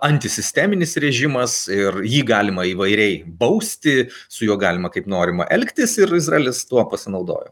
antisisteminis režimas ir jį galima įvairiai bausti su juo galima kaip norima elgtis ir izraelis tuo pasinaudojo